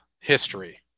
history